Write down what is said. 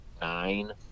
nine